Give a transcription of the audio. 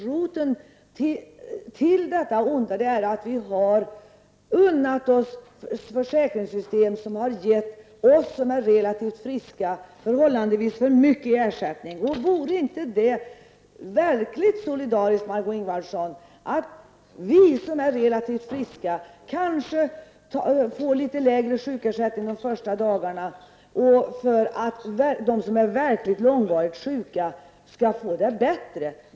Roten till det onda är att vi har unnat oss försäkringssystem som har gett oss som är relativt friska förhållandevis för mycket ersättning. Vore det inte verkligt solidariskt, Margó Ingvardsson, att vi som är relativt friska får litet lägre sjukersättning de första dagarna, för att de som är verkligt långvarit sjuka skall få det bättre?